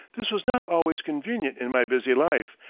this was not always convenient in my busy life,